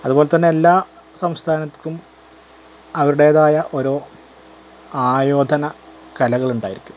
അതുപോലെതന്നെ എല്ലാ സംസ്ഥാനത്തേക്കും അവരുടേതായ ഓരോ ആയോധന കലകളുണ്ടായിരിക്കും